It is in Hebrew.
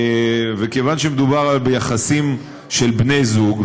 מכיוון שמדובר ביחסים של בני זוג,